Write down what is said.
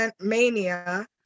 mania